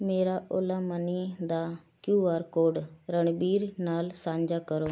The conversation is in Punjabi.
ਮੇਰਾ ਓਲਾ ਮਨੀ ਦਾ ਕੇਯੂ ਆਰ ਕੋਡ ਰਣਬੀਰ ਨਾਲ ਸਾਂਝਾ ਕਰੋ